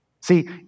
See